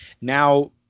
now